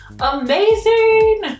Amazing